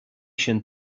sin